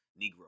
negro